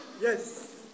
yes